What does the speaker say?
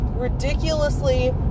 ridiculously